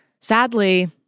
sadly